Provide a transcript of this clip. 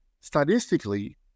statistically